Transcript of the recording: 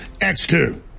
X2